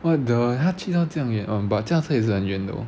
what the 他去到这样远 oh but 驾车也是很远 though